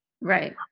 Right